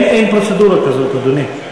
אין פרוצדורה כזאת, אדוני.